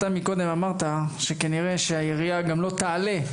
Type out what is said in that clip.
אתה מקודם אמרת שכנראה שהעירייה גם לא תעלה,